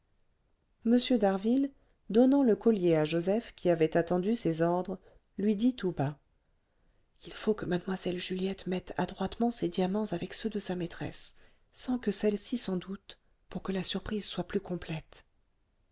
m d'harville donnant le collier à joseph qui avait attendu ses ordres lui dit tout bas il faut que mlle juliette mette adroitement ces diamants avec ceux de sa maîtresse sans que celle-ci s'en doute pour que la surprise soit plus complète